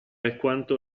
alquanto